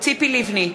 ציפי לבני,